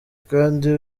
kandi